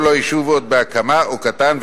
כל עוד היישוב עוד בהקמה או קטן,